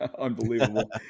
Unbelievable